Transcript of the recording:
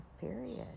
period